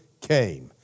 came